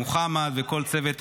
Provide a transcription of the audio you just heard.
מוחמד וכל צוות המינהלה,